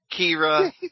Kira